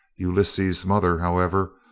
ulysses' mother, however,